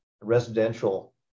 residential